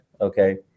okay